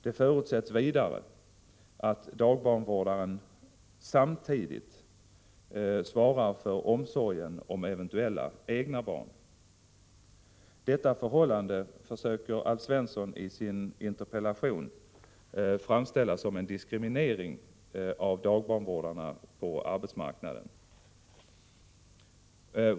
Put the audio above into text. Det förutsätts vidare att dagbarnvårdaren samtidigt svarar för omsorgen om eventuella egna barn. Detta förhållande försöker Alf Svensson i sin interpellation framställa som en diskriminering av dagbarnvårdarna på arbetsmarknaden.